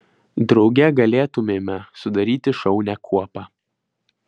drauge galėtumėme sudaryti šaunią kuopą